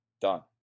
done